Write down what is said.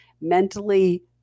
mentally